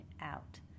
out